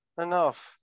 enough